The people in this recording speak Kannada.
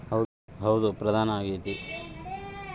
ಆಧುನಿಕ ಕೃಷಿಯಲ್ಲಿ ಹೈಬ್ರಿಡ್ ಬೇಜ ಉತ್ಪಾದನೆಯು ಪ್ರಧಾನ ಆಗ್ಯದ